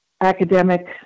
academic